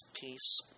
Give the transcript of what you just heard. peace